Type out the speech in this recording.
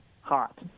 Hot